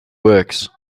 works